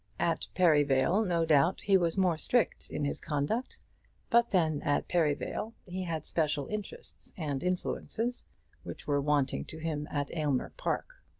at perivale no doubt he was more strict in his conduct but then at perivale he had special interests and influences which were wanting to him at aylmer park.